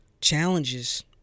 challenges